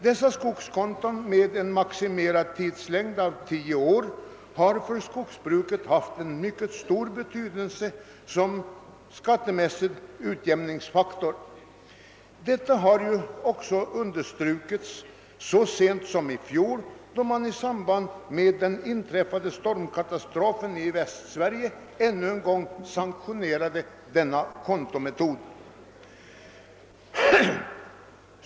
Dessa skogskonton, med en maximerad tidslängd av tio år, har för skogsbruket haft en mycket stor betydelse som skattemässig utjämningsfaktor. Detta har också understrukits så sent som i fjol, då man i samband med den inträffade stormkatastrofen i Västsverige ännu en gång sanktionerade denna kontometod.